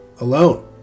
alone